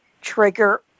trigger